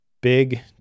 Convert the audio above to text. big